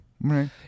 right